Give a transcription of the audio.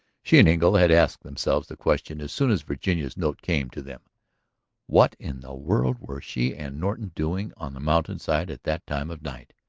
she and engle had asked themselves the question as soon as virginia's note came to them what in the world were she and norton doing on the mountainside at that time of night?